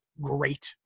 great